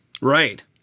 Right